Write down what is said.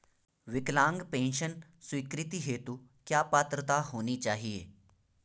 विकलांग पेंशन स्वीकृति हेतु क्या पात्रता होनी चाहिये?